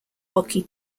hockey